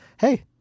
hey